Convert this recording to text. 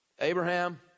Abraham